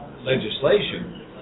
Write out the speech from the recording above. legislation